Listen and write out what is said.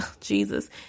Jesus